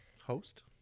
Host